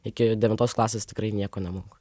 iki devintos klasės tikrai nieko nemoko